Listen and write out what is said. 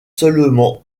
seulement